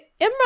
Imran